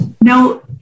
no